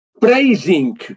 praising